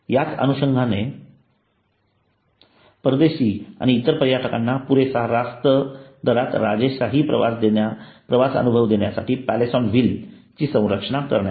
याच अनुषंगाने परदेशी आणि इतर पर्यटकांना पुरेसा रास्त दरात राजेशाही प्रवास अनुभव देण्यासाठी पॅलेस ऑन व्हील ची संरचना करण्यात आली